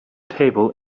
table